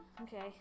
Okay